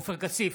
עופר כסיף,